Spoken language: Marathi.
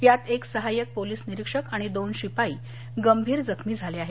यात एक सहाय्यक पोलीस निरीक्षक आणि दोन शिपाई गंभीर जखमी झाले आहेत